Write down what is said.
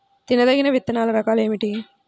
తినదగిన విత్తనాల రకాలు ఏమిటి?